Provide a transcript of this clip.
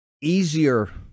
easier